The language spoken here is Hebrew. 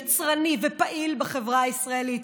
יצרני ופעיל בחברה הישראלית,